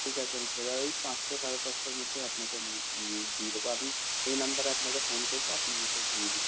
ঠিক আছে আমি সেভাবেই পাঁচটা সাড়ে পাঁচটার মধ্যে আপনাকে আমি দিয়ে দেব আমি এই নাম্বারে আপনাকে ফোন করব আপনি এসে নিয়ে নেবেন